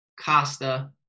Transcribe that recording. Costa